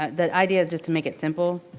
the idea is just to make it simple.